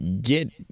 get